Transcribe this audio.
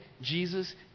Jesus